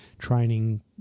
training